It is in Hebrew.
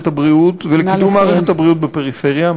הבריאות ולקידום מערכת הבריאות בפריפריה.